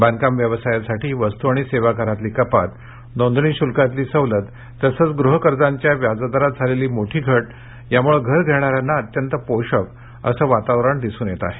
बांधकाम व्यवसायासाठी वस्तू आणि सेवाकरातली कपात नोंदणी शूल्कातली सवलत तसंच गृहकर्जाच्या व्याजदरात झालेली मोठी घट यामुळे घर घेणाऱ्यांना अत्यंत पोषक असं वातावरण दिसून येत आहे